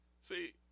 See